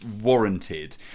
warranted